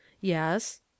Yes